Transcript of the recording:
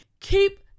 keep